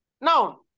Now